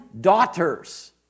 daughters